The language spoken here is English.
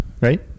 right